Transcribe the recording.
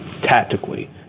tactically